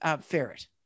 ferret